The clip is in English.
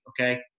okay